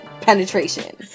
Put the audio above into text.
penetration